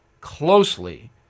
closely